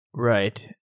Right